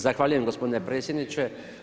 Zahvaljujem gospodine predsjedniče.